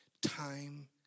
time